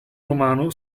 romano